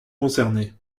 concernées